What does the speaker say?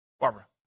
Barbara